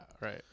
right